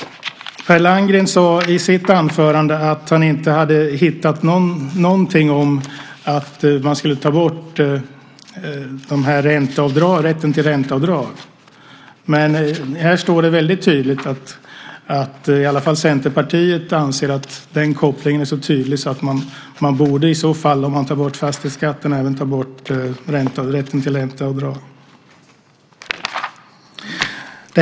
Per Landgren sade i sitt anförande att han inte hade hittat någonting om att man skulle ta bort rätten till ränteavdrag. Men här står det att i alla fall Centerpartiet anser att den kopplingen är så tydlig att om fastighetsskatten tas bort borde även rätten till ränteavdrag tas bort.